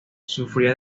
sufría